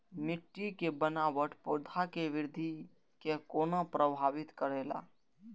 मिट्टी के बनावट पौधा के वृद्धि के कोना प्रभावित करेला?